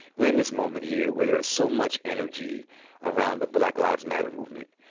we're in this moment here where there is so much energy around the black lives matter movement.